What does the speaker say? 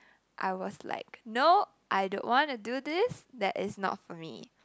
I was like nope I don't want to do this that is not for me